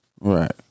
Right